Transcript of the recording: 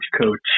coach